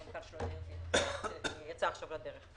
המנכ"ל שלו, יצא עכשיו לדרך.